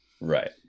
Right